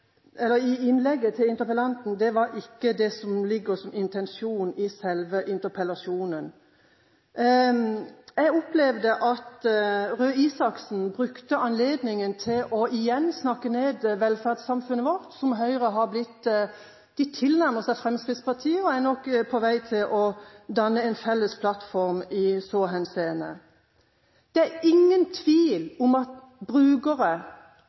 innlegget til interpellanten ikke samsvarte med det som ligger som intensjon i selve interpellasjonen. Jeg opplevde at Røe Isaksen brukte anledningen til igjen å snakke ned velferdssamfunnet vårt. Høyre tilnærmer seg Fremskrittspartiet og er nok på vei til å danne en felles plattform i så henseende. Det er ingen tvil om at